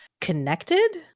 connected